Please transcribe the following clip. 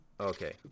okay